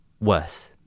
worse